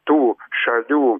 tų šalių